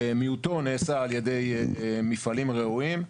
מיעוטו נעשה על ידי מפעלים ראויים,